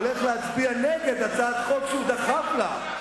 הולך להצביע נגד הצעת חוק שהוא דחף לה.